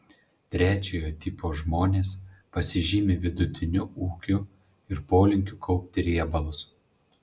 trečiojo tipo žmonės pasižymi vidutiniu ūgiu ir polinkiu kaupti riebalus